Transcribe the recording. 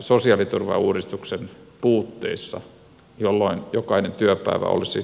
sosiaaliturvauudistuksessa kaukana siitä jolloin jokainen työpäivä olisi kannustava